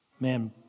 Man